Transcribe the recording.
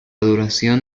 duración